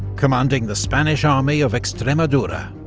commanding the spanish army of extremadura.